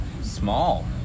small